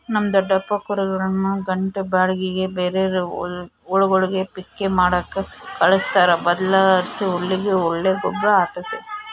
ನಮ್ ದೊಡಪ್ಪ ಕುರಿಗುಳ್ನ ಗಂಟೆ ಬಾಡಿಗ್ಗೆ ಬೇರೇರ್ ಹೊಲಗುಳ್ಗೆ ಪಿಕ್ಕೆ ಮಾಡಾಕ ಕಳಿಸ್ತಾರ ಇದರ್ಲಾಸಿ ಹುಲ್ಲಿಗೆ ಒಳ್ಳೆ ಗೊಬ್ರ ಆತತೆ